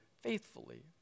faithfully